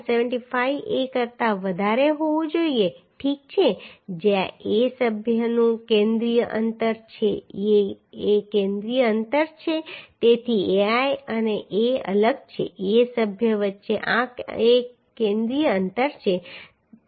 75a કરતા વધારે હોવું જોઈએ ઠીક છે જ્યાં a એ સભ્યોનું કેન્દ્રીય અંતર છે a એ કેન્દ્રીય અંતર છે તેથી ai અને a અલગ છે a સભ્યો વચ્ચે આ એક કેન્દ્રીય અંતર હશે